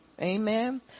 Amen